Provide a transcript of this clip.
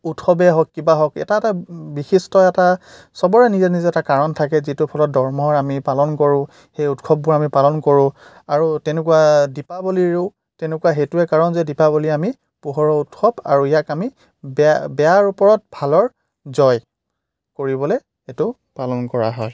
উৎসৱেই হওক কিবা হওক এটা এটা বিশিষ্ট এটা চবৰে নিজৰ নিজৰ এটা কাৰণ থাকে যিটোৰ ফলত ধৰ্মৰ আমি পালন কৰোঁ সেই উৎসৱবোৰ আমি পালন কৰোঁ আৰু তেনেকুৱা দীপাৱলীৰো তেনেকুৱা সেইটোৱেই কাৰণ যে দীপাৱলী আমি পোহৰৰ উৎসৱ আৰু ইয়াক আমি বেয়া বেয়াৰ ওপৰত ভালৰ জয় কৰিবলৈ এইটো পালন কৰা হয়